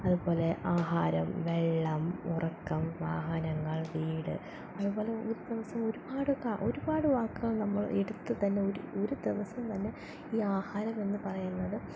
അതുപോലെ ആഹാരം വെള്ളം ഉറക്കം വാഹനങ്ങൾ വീട് അതുപോലെ ഒരു ദിവസം ഒരുപാട് ഒരുപാട് വാക്കുകൾ നമ്മൾ എടുത്ത് തന്നെ ഒരു ഒരു ദിവസം തന്നെ ഈ ആഹാരം എന്ന് പറയുന്നത്